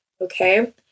okay